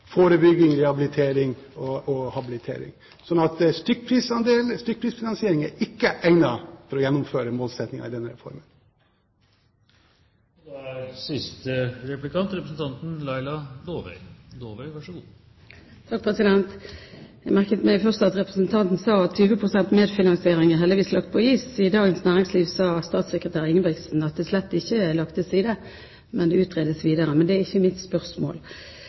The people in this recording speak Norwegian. forebygging, rehabilitering og habilitering. Stykkprisfinansiering er ikke egnet til å gjennomføre målsettingene i denne reformen. Jeg merket meg først at representanten sa at 20 pst.-medfinansieringen heldigvis er lagt på is. I Dagens Næringsliv sa statssekretær Ingebrigtsen at det slett ikke er lagt til side, men utredes videre. Men dette er ikke spørsmålet mitt.